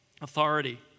Authority